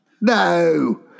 No